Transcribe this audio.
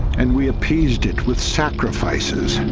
and we appeased it with sacrifices